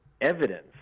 evidence